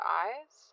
eyes